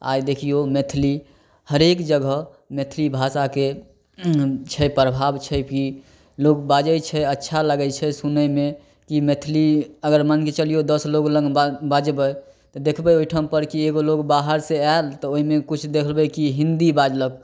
आइ देखियौ मैथिली हरेक जगह मैथिली भाषाके छै प्रभाव छै भी लोग बाजै छै अच्छा लागै छै सुनयमे कि मैथिली अगर मानिके चलिऔ दस लोग लग बाजबै तऽ देखबै ओहिठामपर कि एगो लोग बाहरसँ आयल तऽ ओइमे किछु देखबै कि हिन्दी बाजलक